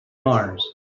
mars